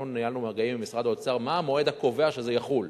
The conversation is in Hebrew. אנחנו ניהלנו מגעים עם משרד האוצר מה המועד הקובע שזה יחול.